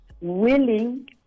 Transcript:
willing